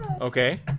Okay